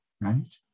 right